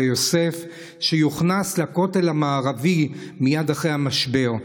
יוסף שיוכנס לכותל המערבי מייד אחרי המשבר.